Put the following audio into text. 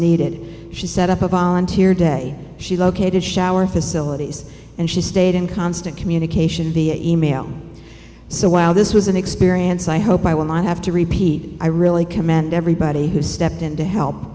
needed she set up a volunteer day she located shower facilities and she stayed in constant communication via e mail so while this was an experience i hope i will not have to repeat i really commend everybody who stepped in to help